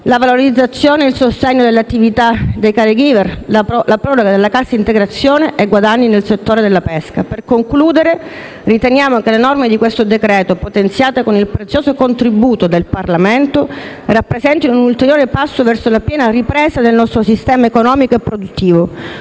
alla valorizzazione e il sostegno dell'attività dei *caregiver*, alla proroga della cassa integrazione e guadagni nel settore della pesca. Per concludere, riteniamo che le norme del decreto-legge in discussione, potenziate con il prezioso contributo del Parlamento, rappresentino un ulteriore passo verso la piena ripresa del nostro sistema economico e produttivo,